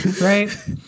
right